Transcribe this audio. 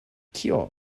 kio